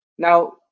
Now